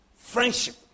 Friendship